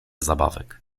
zabawek